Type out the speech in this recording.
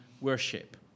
worship